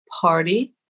party